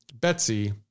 Betsy